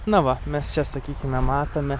na va mes čia sakykime matome